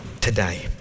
today